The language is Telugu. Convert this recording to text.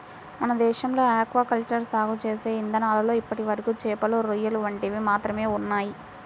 మన దేశంలో ఆక్వా కల్చర్ సాగు చేసే ఇదానాల్లో ఇప్పటివరకు చేపలు, రొయ్యలు వంటివి మాత్రమే ఉన్నయ్